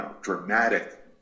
dramatic